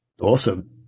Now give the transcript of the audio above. Awesome